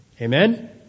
Amen